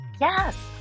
Yes